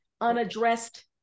unaddressed